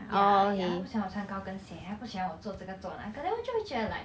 ya ya 他不喜欢我穿高跟鞋他不喜欢我做这个做那个 then 我就会觉得 like